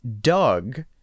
Doug